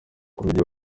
b’igihugu